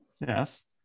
Yes